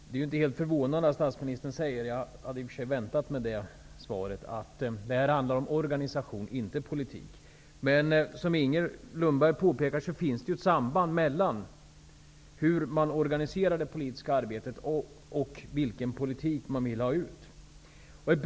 Herr talman! Det är inte förvånande att statsministern säger att det här handlar om organisation och inte om politik. Jag hade väntat mig det svaret. Men som Inger Lundberg påpekar finns det ett samband mellan hur man organiserar det politiska arbetet och vilken politik man vill föra ut.